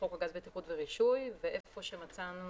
חוק הגז (בטיחות ורישוי) והיכן שמצאנו